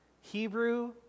hebrew